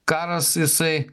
karas jisai